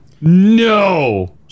No